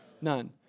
None